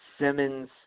Simmons